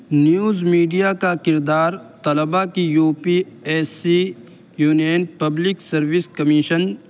news media کا کردار طلباء کی U P S C union public service commission